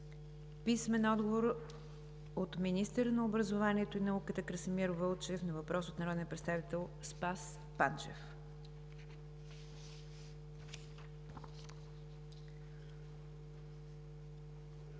Стойчев; - министъра на образованието и науката Красимир Вълчев на въпрос от народния представител Спас Панчев.